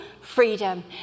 freedom